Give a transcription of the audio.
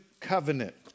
covenant